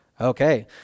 Okay